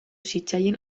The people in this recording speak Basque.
zitzaien